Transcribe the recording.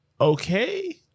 okay